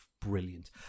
Brilliant